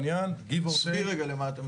תסביר למה אתה מתכוון.